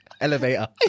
Elevator